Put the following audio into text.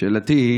שאלתי: